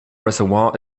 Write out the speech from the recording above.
reservoir